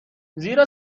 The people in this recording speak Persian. زیرا